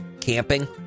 camping